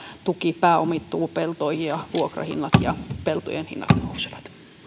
tuki pääomittuu peltoihin ja vuokrahinnat ja peltojen hinnat nousevat